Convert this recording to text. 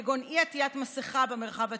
כגון אי-עטיית מסכה במרחב הציבורי,